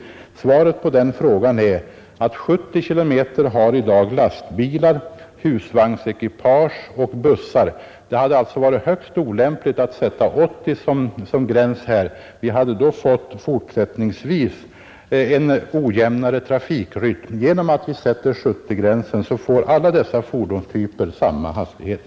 Svaret på den frågan är att 70 km i timmen är den hastighet som i dag gäller för lastbilar, husvagnsekipage och bussar. Det hade alltså varit högst olämpligt att sätta 80 som gräns, ty då hade vi fortsättningsvis fått en ojämnare trafikrytm. Genom att vi sätter gränsen vid 70 får alla fordonstyper samma hastighet.